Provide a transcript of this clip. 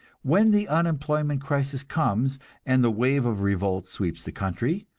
when the unemployment crisis comes and the wave of revolt sweeps the country,